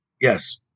Yes